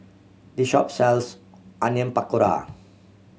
this shop sells Onion Pakora